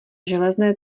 železné